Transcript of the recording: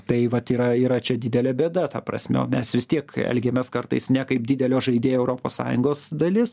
tai vat yra yra čia didelė bėda ta prasme o mes vis tiek elgiamės kartais ne kaip didelio žaidėjo europos sąjungos dalis